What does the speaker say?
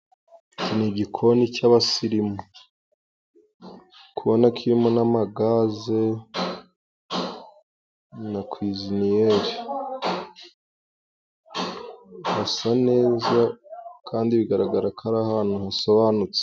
Ni igikoni cy'abasirimu, ndi kubona kirimo n'amagaze, na kwiziniyeri, hasa neza kandi bigaragara ko ari ahantu hasobanutse.